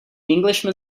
englishman